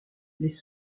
les